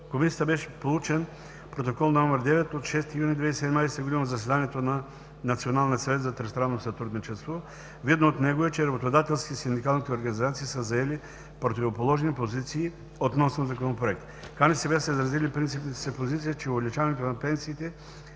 Комисията беше получен Протокол № 9 от 6 юни 2017 г. от заседанието на Националния съвет за тристранно сътрудничество. Видно от него е, че работодателските и синдикалните организации са заели противоположни позиции относно Законопроекта. КНСБ са изразили принципната си позиция, че увеличаването на пенсиите